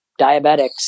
diabetics